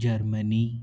Germany